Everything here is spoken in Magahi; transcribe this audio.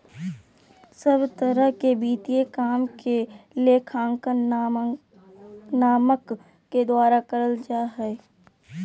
सब तरह के वित्तीय काम के लेखांकन मानक के द्वारा करल जा हय